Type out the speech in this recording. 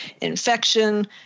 infection